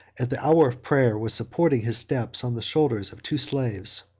at the hour of prayer, was supporting his steps on the shoulders of two slaves.